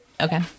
Okay